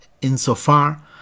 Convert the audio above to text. insofar